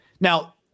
Now